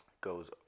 goes